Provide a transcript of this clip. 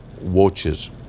watches